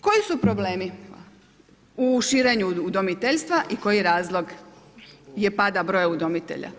Koji su problemi u širenju udomiteljstva i koji je razlog pada broja udomitelja?